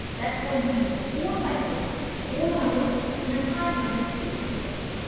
that's going to be before mitosis or meiosis in a time known as interphase.